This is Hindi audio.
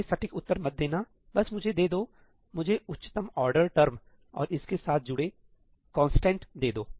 मुझे सटीक उत्तर मत देना बस मुझे दे दो मुझे उच्चतम ऑर्डर टर्म और इसके साथ जुड़े कंस्टन्ट दें दो